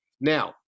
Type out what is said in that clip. now